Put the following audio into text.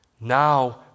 Now